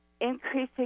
increasing